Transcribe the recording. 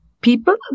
people